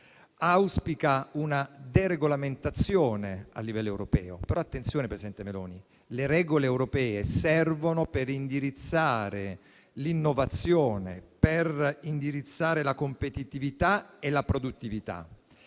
auspica una deregolamentazione a livello europeo, però attenzione, presidente Meloni: le regole europee servono per indirizzare l'innovazione, la competitività e la produttività.